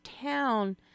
town